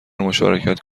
مشارکت